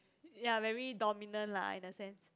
ya very dominant lah in the sense